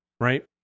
right